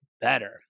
better